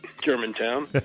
Germantown